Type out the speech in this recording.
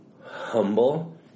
humble